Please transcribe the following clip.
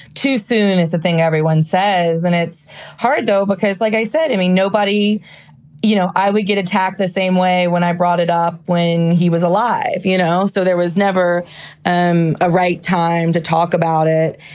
too soon is a thing everyone says and it's hard, though, because like i said, i mean, nobody you know, i would get attacked the same way when i brought it up when he was alive, you know so there was never and a right time to talk about it.